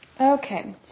Okay